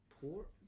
port